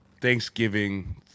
thanksgiving